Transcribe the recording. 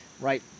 right